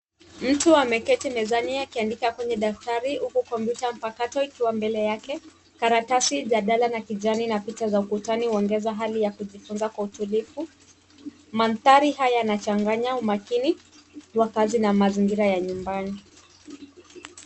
Mtu ameketi mezani, akiandika kwenye daftari huku kompyuta mpakato ikiwa mbele yake. Karatasi, jalada la kijani, na picha za ukutani huongeza hali ya kujitunza kwa utulivu. Mandhari haya yanachanganya umakini wa kazi na mazingira ya nyumbani.